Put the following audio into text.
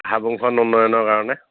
হাবুংখন উন্নয়নৰ কাৰণে